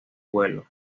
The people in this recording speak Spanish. pueblo